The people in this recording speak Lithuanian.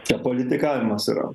čia politikavimas yra